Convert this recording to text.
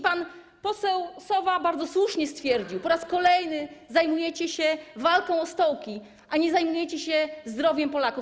Pan poseł Sowa bardzo słusznie stwierdził, że po raz kolejny zajmujecie się walką o stołki, a nie zajmujecie się zdrowiem Polaków.